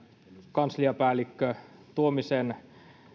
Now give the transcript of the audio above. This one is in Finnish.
kansliapäällikkö tuomisen